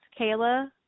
kayla